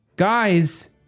Guys